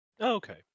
Okay